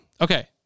Okay